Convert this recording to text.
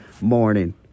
morning